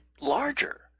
larger